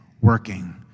working